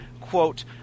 quote